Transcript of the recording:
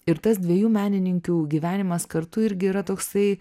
ir tas dviejų menininkių gyvenimas kartu irgi yra toksai